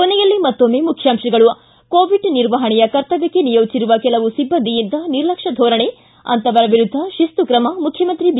ಕೊನೆಯಲ್ಲಿ ಮತ್ತೊಮ್ನೆ ಮುಖ್ಯಾಂಶಗಳು ಕೋವಿಡ್ ನಿರ್ವಹಣೆಯ ಕರ್ತವ್ಯಕ್ಷೆ ನಿಯೋಜಿಸಿರುವ ಕೆಲವು ಸಿಬ್ಬಂದಿಯಿಂದ ನಿರ್ಲಕ್ಷ್ಯ ಧೋರಣೆ ಅಂತವರ ವಿರುದ್ದ ಶಿಸ್ತು ಕ್ರಮ ಮುಖ್ಯಮಂತ್ರಿ ಬಿ